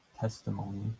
testimony